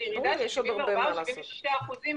של ירידה של 74% או 76%